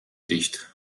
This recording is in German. dicht